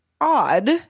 odd